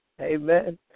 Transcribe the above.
Amen